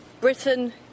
Britain